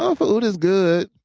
um food is good.